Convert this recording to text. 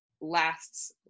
lasts